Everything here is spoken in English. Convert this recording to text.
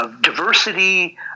diversity